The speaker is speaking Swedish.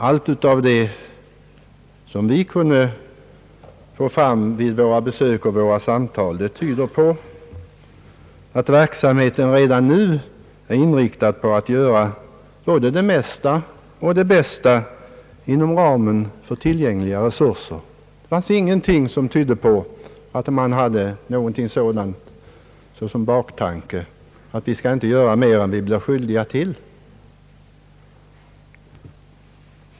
Allt som vi kunde få fram vid våra besök och samtal tydde på att verksamheten redan nu var inriktad på att göra både det mesta och det bästa inom ramen för tillgängliga resurser. Det fanns ingenting som tydde på att man hade som baktanke att inte göra mer än man var skyldig till.